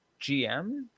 GM